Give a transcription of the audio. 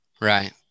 Right